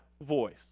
voice